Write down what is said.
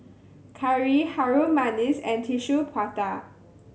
Curry Harum Manis and Tissue Prata